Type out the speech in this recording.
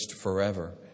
forever